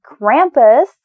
Krampus